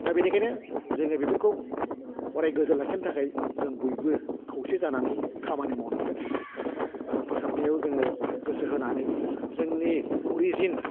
दा बेनिखायनो जोङो बेफोरखौ अराय गोजोर लाखिनो थाखाय जों बयबो खौसे जानानै खामानि मावनांगोन आरो फोसाबनायाव जोङो गोसो होनानै जोंनि अरिजिन